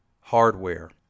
hardware